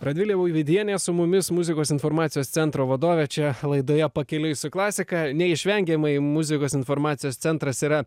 radvilė buividienė su mumis muzikos informacijos centro vadovė čia laidoje pakiliui su klasika neišvengiamai muzikos informacijos centras yra